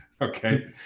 okay